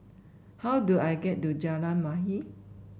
how do I get to Jalan Mahir